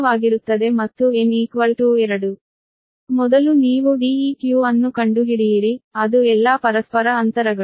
ಆದ್ದರಿಂದ ಮೊದಲು ನೀವು Deq ಅನ್ನು ಕಂಡುಹಿಡಿಯಿರಿ ಅದು ಎಲ್ಲಾ ಪರಸ್ಪರ ಅಂತರಗಳು